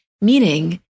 meaning